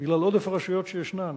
בגלל עודף הרשויות שישנן.